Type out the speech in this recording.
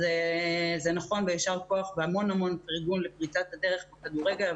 אז זה נכון ויישר כוח והמון המון פרגון לפריצת הדרך בכדורגל,